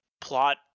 plot